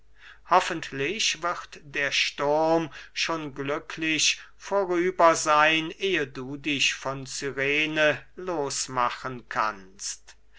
hoffentlich wird der sturm schon glücklich vorüber seyn ehe du dich von cyrene los machen kannst